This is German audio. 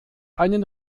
einen